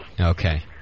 Okay